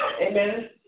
Amen